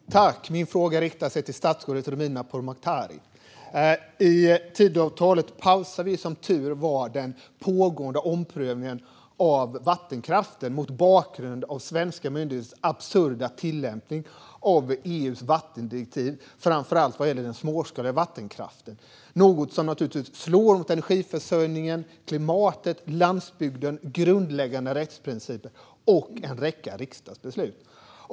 Herr talman! Min fråga riktar sig till statsrådet Romina Pourmokhtari. I och med Tidöavtalet pausar vi som tur är den pågående omprövningen av vattenkraften mot bakgrund av svenska myndigheters absurda tillämpning av EU:s vattendirektiv. Det gäller framför allt den småskaliga vattenkraften. Denna omprövning slår mot energiförsörjningen, klimatet, landsbygden, grundläggande rättsprinciper och en räcka riksdagsbeslut.